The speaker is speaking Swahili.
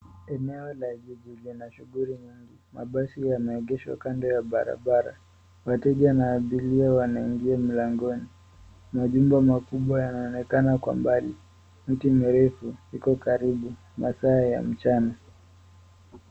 Eneo la jiji lina shughuli nyingi. Mabasi yameegeshwa kando ya barabara. Wateja na abiria wanaingia mlangoni. Majumba makubwa yanaonekana kwa mbali. Miti mirefu iko karibu. Mataa ya mchana.